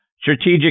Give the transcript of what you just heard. strategic